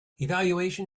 evaluation